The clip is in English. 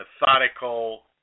methodical